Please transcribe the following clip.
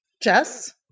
Jess